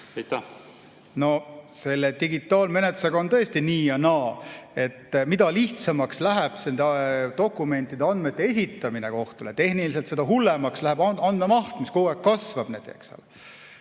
Selle digitaalmenetlusega on tõesti nii ja naa. Mida lihtsamaks läheb nende dokumentide ja andmete esitamine kohtule tehniliselt, seda hullemaks läheb andmemaht, mis kogu aeg kasvab. Mulle